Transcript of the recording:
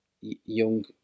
young